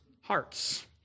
hearts